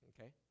okay